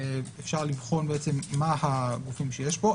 אפשר לבחון מה הגופים שיש פה.